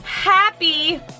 Happy